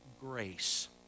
grace